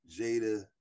Jada